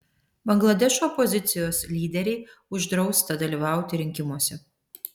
bangladešo opozicijos lyderei uždrausta dalyvauti rinkimuose